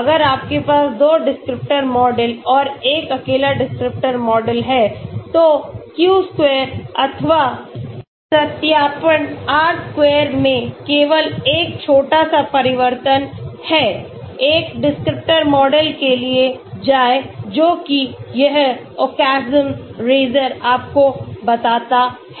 अगर आपके पास 2 डिस्क्रिप्टर मॉडल और एक अकेला डिस्क्रिप्टर मॉडल है तो q square अथवा सत्यापन r square में केवल एक छोटा सा परिवर्तन है एक डिस्क्रिप्टर मॉडल के लिए जाएं जो कि यह Occam's razor आपको बताता है